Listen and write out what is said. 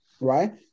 right